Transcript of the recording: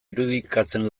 irudikatzen